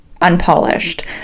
unpolished